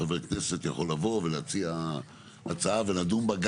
חבר כנסת יכול לבוא ולהציע הצעה ונדון בה,